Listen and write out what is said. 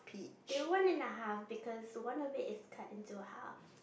they're one and a half because one of it is cut into half